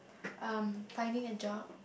um finding a job